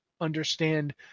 understand